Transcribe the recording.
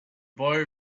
boy